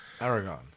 Aragon